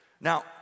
Now